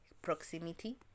proximity